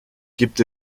gibt